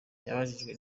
yababajwe